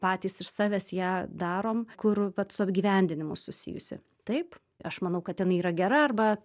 patys iš savęs ją darom kur vat su apgyvendinimu susijusi taip aš manau kad jinai yra gera arba